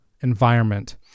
environment